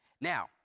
Now